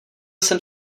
jsem